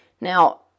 Now